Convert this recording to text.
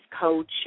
coach